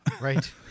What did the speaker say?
Right